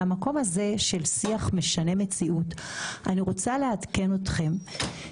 מהמקום הזה של שיח משנה מציאות אני רוצה לעדכן אתכם,